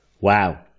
Wow